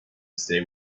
stay